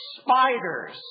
spiders